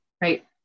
right